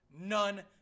None